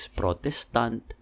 protestant